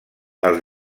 els